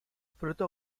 fruto